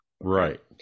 right